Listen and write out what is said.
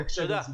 בהקשר הזה.